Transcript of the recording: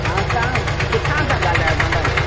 हा तव्हां किथां था ॻाल्हायो मतिलब